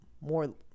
more